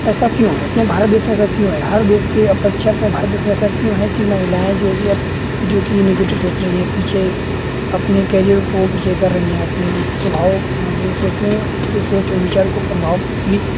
ऐसा क्यों है अपने भारत देश में ऐसा क्यों है हर देश की अपेक्षा अपने भारत देश में ऐसा क्यों है कि महिलाएँ जोकि अब जोकि नेगेटिव सोच रही हैं पीछे अपने कैरियर को पीछे कर रही हैं अपने स्वभाव अपनी सोचनीय सोच विचार को प्रभावी